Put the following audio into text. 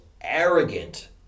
arrogant